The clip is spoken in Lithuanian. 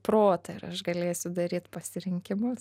protą ir aš galėsiu daryt pasirinkimus